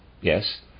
Yes